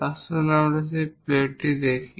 আসুন সেই প্লেটটি দেখি